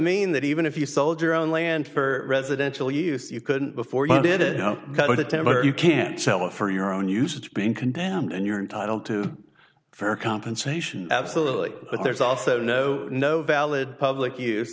mean that even if you sold your own land for residential use you couldn't before you did got a temper you can't sell it for your own use it's being condemned and you're entitled to fair compensation absolutely but there's also no no valid public use